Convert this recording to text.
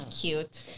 Cute